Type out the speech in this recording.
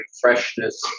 freshness